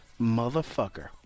Motherfucker